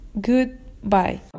Goodbye